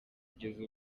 kugeza